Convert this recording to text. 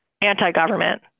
anti-government